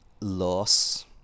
loss